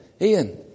Ian